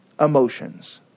emotions